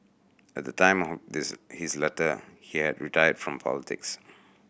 at the time of this his letter he had retired from politics